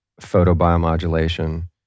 photobiomodulation